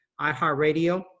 iHeartRadio